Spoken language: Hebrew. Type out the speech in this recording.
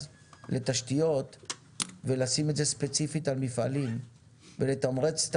לתשתיות ולשים את זה ספציפית על מפעלים ולתמרץ את